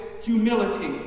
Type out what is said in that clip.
humility